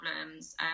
problems